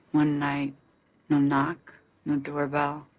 one night. no knock, no doorbell.